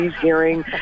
hearing